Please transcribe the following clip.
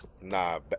Nah